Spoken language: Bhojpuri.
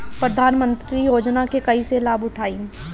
प्रधानमंत्री योजना के कईसे लाभ उठाईम?